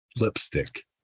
lipstick